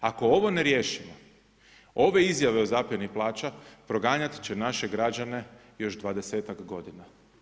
Ako ovo ne riješimo, ove izjave o zaplijeni plaća proganjat će naše građane još 20-ak godina.